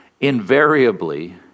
invariably